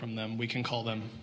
from them we can call them